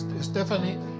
Stephanie